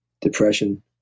Depression